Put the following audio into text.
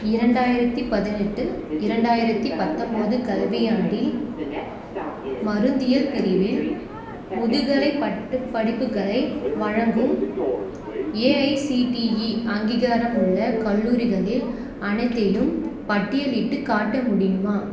இரண்டாயிரத்தி பதினெட்டு இரண்டாயிரத்தி பத்தொம்போது கல்வியாண்டில் மருந்தியல் பிரிவில் முதுகலை பட்ட படிப்புகளை வழங்கும் ஏஐசிடிஇ அங்கீகாரமுள்ள கல்லூரிகளில் அனைத்தையும் பட்டியலிட்டு காட்ட முடியுமா